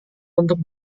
untuk